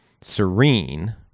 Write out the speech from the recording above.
serene